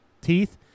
teeth